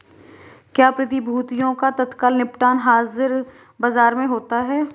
क्या प्रतिभूतियों का तत्काल निपटान हाज़िर बाजार में होता है?